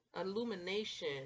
illumination